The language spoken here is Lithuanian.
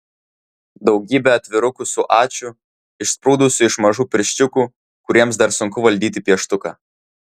daugybė atvirukų su ačiū išsprūdusiu iš mažų pirščiukų kuriems dar sunku valdyti pieštuką